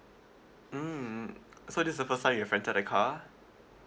mm so this is the first time you've rented a car